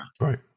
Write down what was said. Right